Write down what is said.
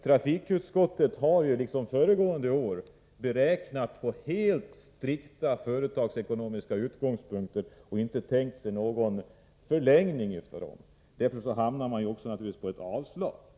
Trafikutskottet har alltså i år, liksom föregående år, gjort sina beräkningar från strikt företagsekonomiska utgångspunkter och inte tänkt sig en förlängning. Därför hamnar utskottet naturligtvis på ett avslagsyrkande.